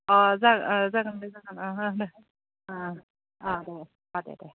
अ जा अ जागोन जागोन अ अ दे अ दे दे